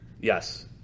yes